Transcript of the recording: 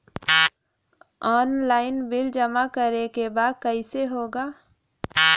Online bill जमा करे के बा कईसे होगा?